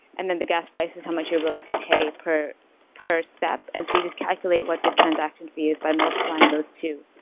and then the gas price is how much you're willing to pay per per step, and so you just calculate what the transaction fee is by multiplying those two.